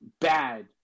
bad